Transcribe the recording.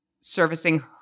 servicing